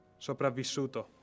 sopravvissuto